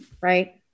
right